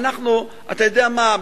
אתה יודע מה,